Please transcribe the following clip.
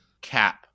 cap